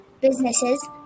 businesses